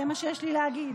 זה מה שיש לי להגיד.